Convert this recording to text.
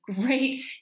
great